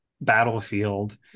battlefield